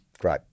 Great